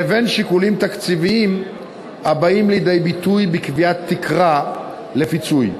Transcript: לבין שיקולים תקציביים הבאים לידי ביטוי בקביעת תקרה לפיצוי.